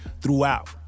throughout